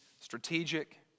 strategic